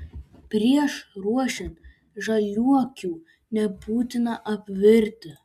prieš ruošiant žaliuokių nebūtina apvirti